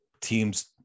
teams